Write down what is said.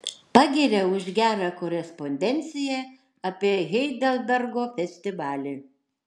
pagiria už gerą korespondenciją apie heidelbergo festivalį